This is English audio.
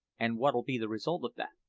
and what'll be the result of that?